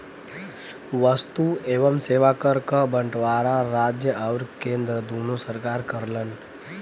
वस्तु एवं सेवा कर क बंटवारा राज्य आउर केंद्र दूने सरकार करलन